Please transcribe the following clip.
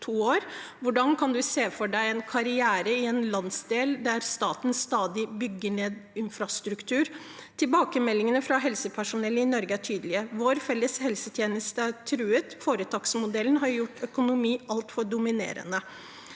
Hvordan kan man se for seg en karriere i en landsdel der staten stadig bygger ned infrastruktur? Tilbakemeldingene fra helsepersonell i Norge er tydelige. Vår felles helsetjeneste er truet. Foretaksmodellen har gjort økonomi altfor dominerende.